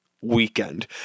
weekend